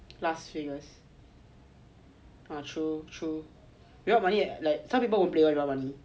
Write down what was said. las vegas ah true true without money like some people won't play one without money